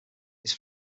his